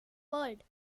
world